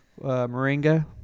Moringa